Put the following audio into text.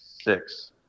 six